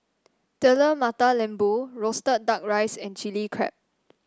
Telur Mata Lembu roasted duck rice and Chilli Crab